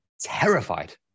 terrified